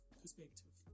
perspective